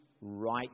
right